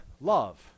love